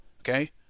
Okay